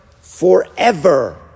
forever